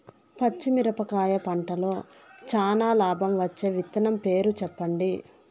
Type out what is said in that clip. పచ్చిమిరపకాయ పంటలో చానా లాభం వచ్చే విత్తనం పేరు చెప్పండి?